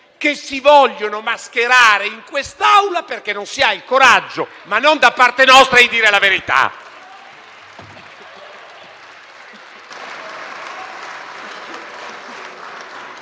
che si vogliono mascherare in quest'Aula perché non si ha il coraggio, ma non da parte nostra, di dire la verità.